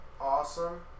awesome